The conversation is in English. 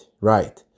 Right